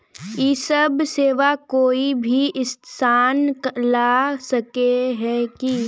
इ सब सेवा कोई भी इंसान ला सके है की?